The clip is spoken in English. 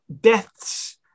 deaths